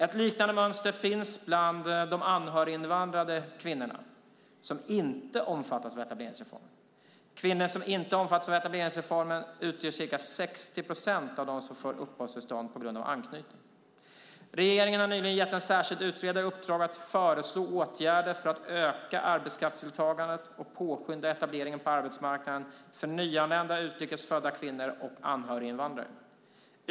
Ett liknande mönster finns bland de anhöriginvandrade kvinnor som inte omfattas av etableringsreformen. Kvinnor som inte omfattas av etableringsreformen utgör ca 60 procent av dem som får uppehållstillstånd på grund av anknytning. Regeringen har nyligen gett en särskild utredare i uppdrag att föreslå åtgärder för att öka arbetskraftsdeltagandet och påskynda etableringen på arbetsmarknaden för nyanlända utrikesfödda kvinnor och anhöriginvandrare.